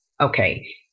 okay